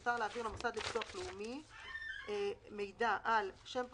מותר להעביר למוסד לביטוח לאומי מידע על שם פרטי,